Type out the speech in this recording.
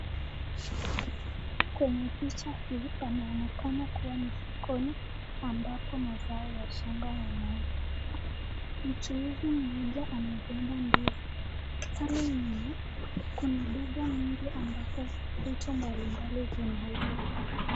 Kwenye picha panaonekana kuwa ni sokon ambapo mazao ya shamba yanauzwa. Mchuuzi moja amebeba ndizi. Pale nyuma kuna duka nyingi ambapo vitu mbali mbali zinauzwa.